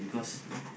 mmhmm